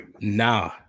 Nah